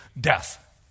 death